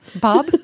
Bob